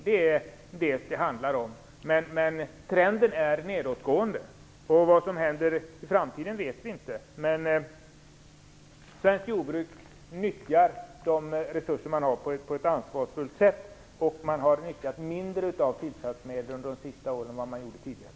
Det är vad det handlar om. Men trenden är nedåtgående. Vad som händer i framtiden vet vi inte. Men svenskt jordbruk nyttjar de resurser man har på ett ansvarsfullt sätt, och man har nyttjat mindre av tillsatsmedel de senaste åren än man gjorde tidigare.